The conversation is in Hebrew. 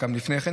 גם לפני כן,